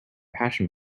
passion